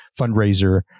fundraiser